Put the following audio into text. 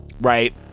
right